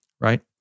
right